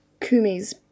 Kumi's